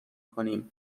کنیم